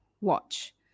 watch